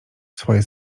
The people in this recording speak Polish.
swoje